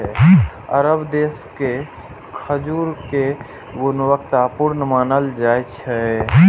अरब देश के खजूर कें गुणवत्ता पूर्ण मानल जाइ छै